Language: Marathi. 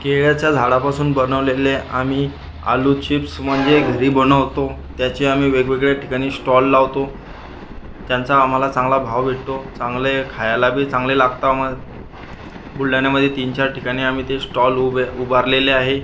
केळाच्या झाडापासून बनवलेले आम्ही आलू चिप्स म्हंजे जे घरी बनवतो त्याचे आम्ही वेगवेगळ्या ठिकाणी स्टॉल लावतो त्यांचा आम्हाला चांगला भाव भेटतो चांगले खायलाबी चांगले लागताव मग बुलढाण्यामधे तीनचार ठिकाणी आम्ही ते स्टॉल उभे उभारलेले आहे